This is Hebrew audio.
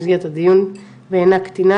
במסגרת הדיון ואינה קטינה,